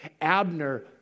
Abner